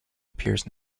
appears